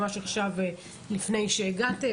ממש עכשיו לפני שהגעתם,